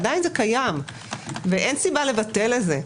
עדיין זה קיים ואין סיבה לבטל את זה.